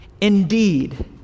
Indeed